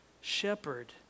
shepherd